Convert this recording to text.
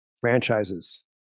franchises